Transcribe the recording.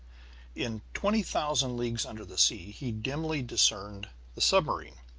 in twenty thousand leagues under the sea he dimly discerned the submarine.